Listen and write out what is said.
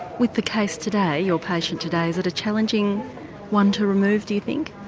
with the case today, your patient today, is it a challenging one to remove, do you think?